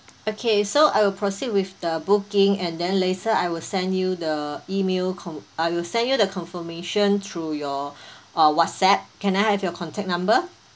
okay so I will proceed with the booking and then later I will send you the email con~ I will send you the confirmation through your uh whatsapp can I have your contact number